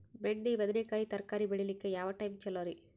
ಬೆಂಡಿ ಬದನೆಕಾಯಿ ತರಕಾರಿ ಬೇಳಿಲಿಕ್ಕೆ ಯಾವ ಟೈಮ್ ಚಲೋರಿ?